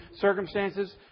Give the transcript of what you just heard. circumstances